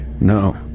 no